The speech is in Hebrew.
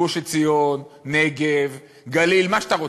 גוש-עציון, נגב, גליל, מה שאתה רוצה.